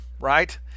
right